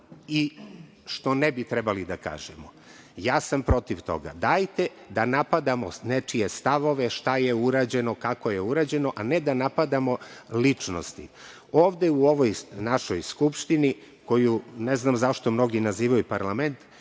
i što ne bi trebali da kažemo. Ja sam protiv toga. Dajte da napadamo nečije stavove, šta je urađeno, kako je urađeno, a ne da napadamo ličnosti. Ovde u ovoj našoj Skupštini, koju ne znam zašto mnogi nazivaju parlament,